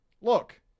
Look